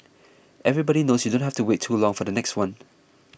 everybody knows you don't have to wait too long for the next one